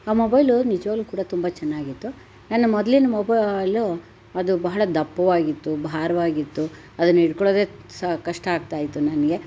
ಆ ಮೊಬೈಲು ನಿಜವಾಗ್ಲೂ ಕೂಡ ತುಂಬ ಚೆನ್ನಾಗಿತ್ತು ನನ್ನ ಮೊದ್ಲಿನ ಮೊಬೈಲು ಅದು ಬಹಳ ದಪ್ಪವಾಗಿತ್ತು ಭಾರವಾಗಿತ್ತು ಅದನ್ನು ಹಿಡ್ಕೊಳ್ಳೋದೇ ಸಹ ಕಷ್ಟ ಆಗ್ತಾ ಇತ್ತು ನನಗೆ